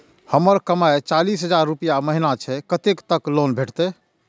हमर कमाय चालीस हजार रूपया महिना छै कतैक तक लोन भेटते?